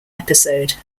episode